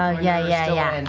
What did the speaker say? ah yeah, yeah, yeah. and